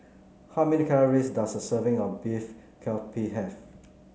how many calories does a serving of Beef Galbi have